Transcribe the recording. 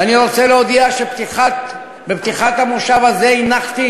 ואני רוצה להודיע שבפתיחת המושב הזה הנחתי